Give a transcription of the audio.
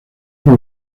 por